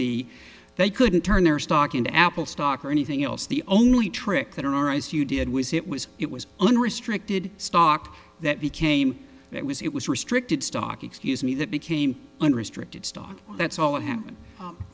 honeybee they couldn't turn their stock into apple stock or anything else the only trick there are as you did was it was it was unrestricted stock that became that was it was restricted stock excuse me that became unrestricted stock that's all it ha